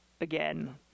again